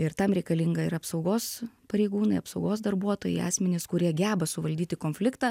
ir tam reikalinga ir apsaugos pareigūnai apsaugos darbuotojai asmenys kurie geba suvaldyti konfliktą